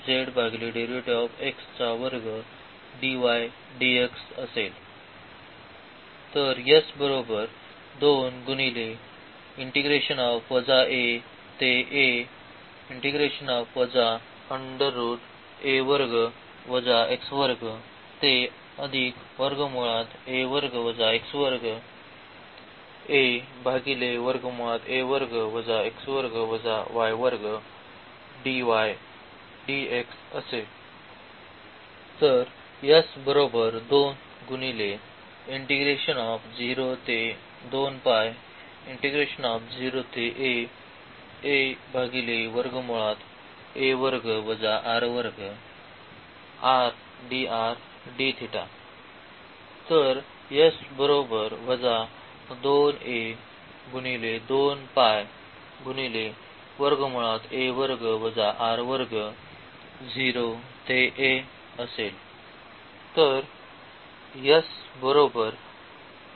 जर आपण हे असे करत आहोत तर हे या शब्दाचे संपूर्ण वर्ग आहेत